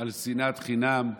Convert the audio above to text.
על שנאת חינם.